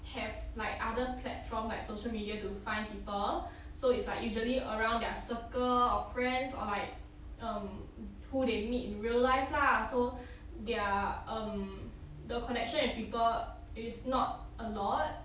have like other platforms like social media to find people so it's like usually around their circle of friends or like um who they meet in real life lah so their um the connection with people it is not a lot